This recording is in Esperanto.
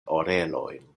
orelojn